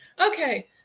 Okay